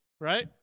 right